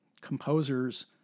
composers